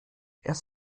erst